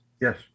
Yes